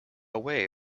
way